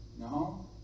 No